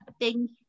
Thank